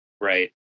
Right